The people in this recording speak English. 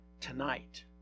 tonight